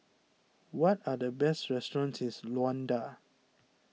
what are the best restaurants Luanda